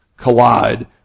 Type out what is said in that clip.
collide